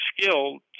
skilled